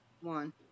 one